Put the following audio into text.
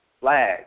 flag